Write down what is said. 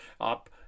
up